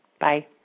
Bye